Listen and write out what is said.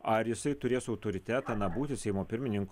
ar jisai turės autoritetą na būti seimo pirmininku